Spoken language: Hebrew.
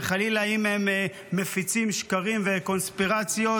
שחלילה אם הם מפיצים שקרים וקונספירציות